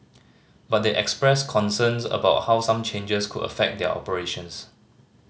but they expressed concerns about how some changes could affect their operations